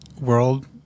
world